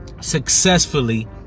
successfully